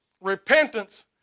repentance